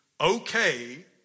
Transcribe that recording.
okay